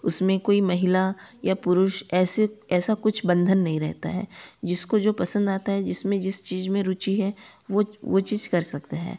उसमे कोई महिला या पुरुष ऐसे ऐसा कुछ बंधन नहीं रहता है जिसको जो पसंद आता है जिसमें जिस चीज़ में रुचि है वह वह चीज़ कर सकता है